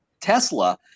Tesla